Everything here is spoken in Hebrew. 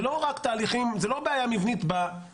זה לא רק תהליכים, זה לא בעיה מבנית במוסד.